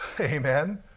Amen